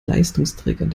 leistungsträgern